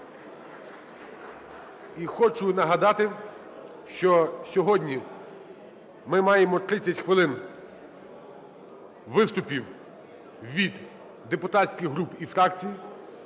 І хочу нагадати, що сьогодні ми маємо 30 хвилин виступів від депутатських груп і фракцій.